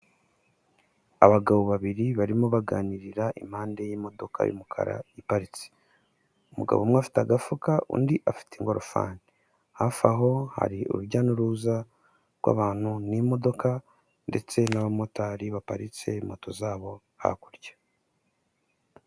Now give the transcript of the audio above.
Abagabo babiri barimo baganirira impande y'imodoka y'umukara iparitse, umugabo umwe afite agafuka undi afite ingorofani, hafi aho hari urujya n'uruza rw'abantu n'imodoka ndetse n'abamotari baparitse moto zabo hakurya.